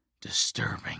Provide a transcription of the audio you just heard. disturbing